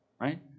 Right